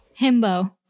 Himbo